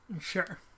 Sure